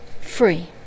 free